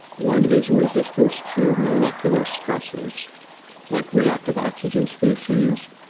one is resistance to molecular stresses like reactive oxygen species,